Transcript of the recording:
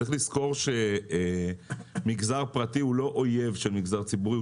צריך לזכור שהמגזר הפרטי הוא לא אויב של המגזר הציבורי.